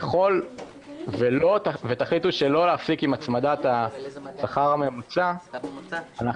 ככל שתחליטו שלא להפסיק עם הצמדת השכר הממוצע אנחנו